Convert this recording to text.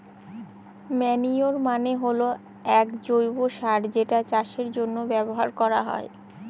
manure মানে হল এক জৈব সার যেটা চাষের জন্য ব্যবহার করা হয়